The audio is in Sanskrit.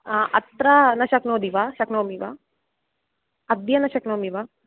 अत्र न शक्नोति वा शक्नोमि वा अद्य न शक्नोमि वा